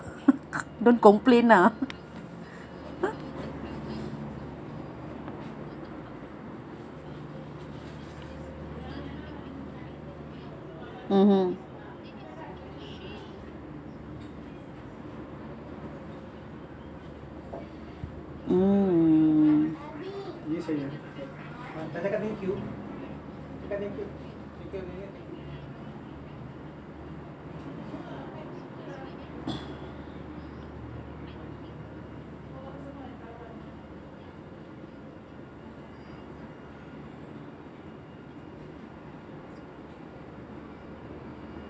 don't complain lah mmhmm mm